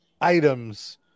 items